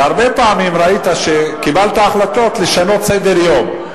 והרבה פעמים ראיתי שקיבלת החלטות לשנות סדר-יום,